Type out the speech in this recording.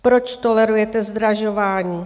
Proč tolerujete zdražování?